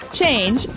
change